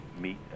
meet